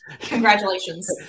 Congratulations